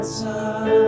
time